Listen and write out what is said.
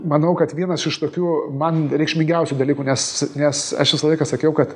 manau kad vienas iš tokių man reikšmingiausių dalykų nes nes aš visą laiką sakiau kad